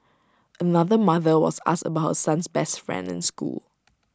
another mother was asked about her son's best friend in school